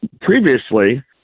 previously